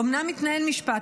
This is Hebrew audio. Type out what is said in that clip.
אומנם מתנהל משפט,